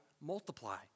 Multiply